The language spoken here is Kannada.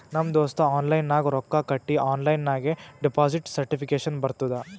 ನಮ್ ದೋಸ್ತ ಆನ್ಲೈನ್ ನಾಗ್ ರೊಕ್ಕಾ ಕಟ್ಟಿ ಆನ್ಲೈನ್ ನಾಗೆ ಡೆಪೋಸಿಟ್ ಸರ್ಟಿಫಿಕೇಟ್ ಬರ್ತುದ್